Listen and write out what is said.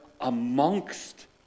amongst